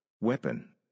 weapon